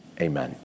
Amen